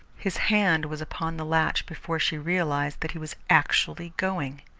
his hand was upon the latch before she realized that he was actually going.